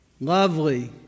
lovely